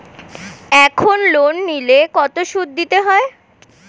এখন লোন নিলে কত সুদ দিতে হয়?